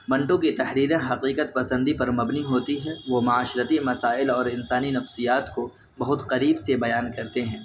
منٹو کی تحریریں حقیقت پسندی پر مبنی ہوتی ہے وہ معاشرتی مسائل اور انسانی نفسیات کو بہت قریب سے بیان کرتے ہیں